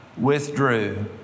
withdrew